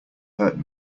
hurt